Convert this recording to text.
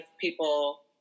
people